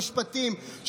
המשפטים,